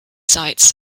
sites